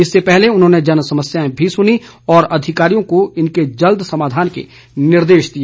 इससे पहले उन्होंने जनसमस्याएं भी सुनी और अधिकारियों को इनके जल्द समाधान के निर्देश दिए